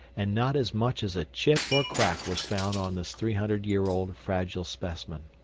and not as much as a chip or crack was found on this three hundred year old fragile specimen.